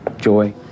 joy